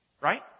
Right